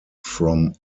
from